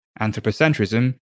anthropocentrism